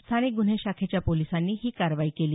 स्थानिक गुन्हे शाखेच्या पोलिसांनी ही कारवाई केली